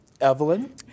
Evelyn